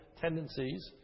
tendencies